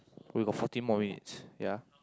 we got fourteen more minutes ya